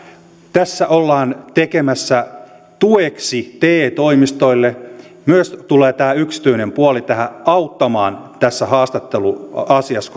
tässä ollaan tekemässä niin että tueksi te toimistoille tulee myös tämä yksityinen puoli auttamaan tässä haastatteluasiassa